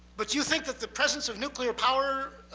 but do you think that the presence of nuclear power,